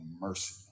mercy